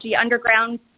underground